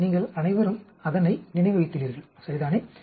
நீங்கள் அனைவரும் அதனை நினைவு வைத்துள்ளீர்கள் சரிதானே